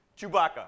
Chewbacca